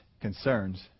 concerns